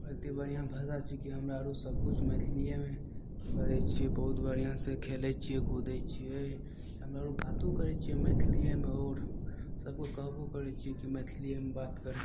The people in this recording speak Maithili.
आओर एते बढ़िआँ भाषा छै कि हमरा आर सभकिछु मैथलियेमे करय छियै बहुत बढ़िआँसँ खेलय छियै कुदय छियै हमरा आर बातो करय छियै मैथलियेमे आओर सभके कहबो करय छियै कि मैथिलियेमे बात करही